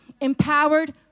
empowered